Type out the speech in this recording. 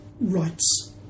rights